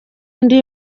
ndi